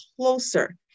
closer